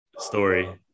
story